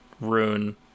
Rune